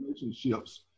relationships